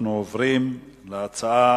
אנחנו עוברים להצעות